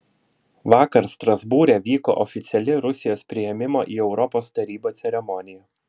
vakar strasbūre vyko oficiali rusijos priėmimo į europos tarybą ceremonija